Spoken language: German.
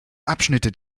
abschnitte